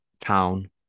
town